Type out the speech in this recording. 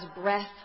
breath